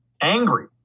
angry